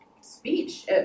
speech